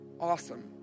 awesome